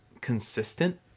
consistent